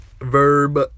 Verb